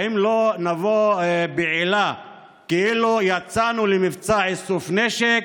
האם לא נבוא בעילה שכאילו יצאנו למבצע איסוף נשק,